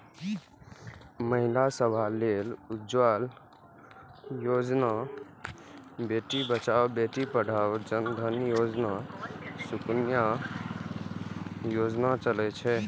महिला सभ लेल उज्ज्वला योजना, बेटी बचाओ बेटी पढ़ाओ, जन धन योजना, सुकन्या योजना चलै छै